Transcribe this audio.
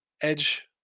edge